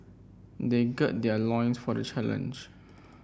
they gird their loins for the challenge